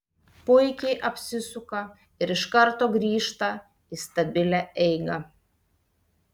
puikiai apsisuka ir iš karto grįžta į stabilią eigą